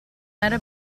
era